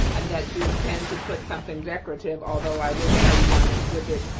and that you intend to put something decorative. although i will tell you on exhibit,